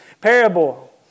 parable